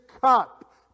cup